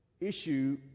issue